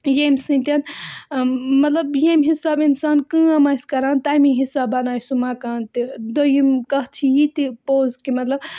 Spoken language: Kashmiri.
ییٚمۍ سۭتۍ مطلب ییٚمہِ حِساب اِنسان کٲم آسہِ کَران تَمے حِساب بَناوِ سُہ مکان تہِ دوٚیِم کَتھ چھِ یہِ تہِ پوٚز کہِ مطلب